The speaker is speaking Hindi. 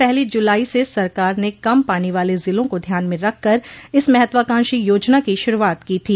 पहली जुलाई से सरकार ने कम पानी वाले जिलों को ध्यान में रखकर इस महत्वाकांक्षी योजना की शुरुआत की थी